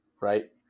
right